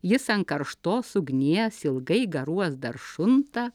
jis ant karštos ugnies ilgai garuos dar šunta